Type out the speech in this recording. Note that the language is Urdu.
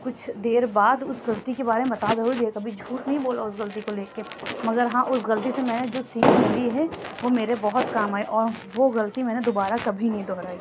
کچھ دیر بعد اُس غلطی کے بارے میں بتا ضرور دیا تھا کبھی چھوٹ نہیں بولا اُس غلطی کو لے کے مگر ہاں اُس غلطی سے میں نے جو سیکھ ملتی ہے وہ میرے بہت کام آئی اور وہ غلطی میں نے دوبارہ کبھی نہیں دہرائی